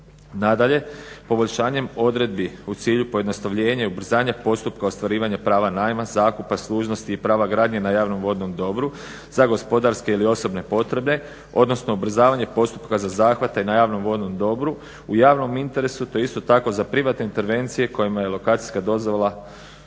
Nadalje, poboljšanjem odredbi u cilju pojednostavljenja i ubrzanja postupka ostvarivanja prava najma, zakupa služnosti i prava gradnje na javnom vodnom dobru za gospodarske ili osobne potrebe, odnosno ubrzavanje postupka za zahvate na javnom vodnom dobru u javnom interesu te isto tako za privatne intervencije kojima je lokacijskom dozvolom određen